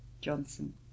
Johnson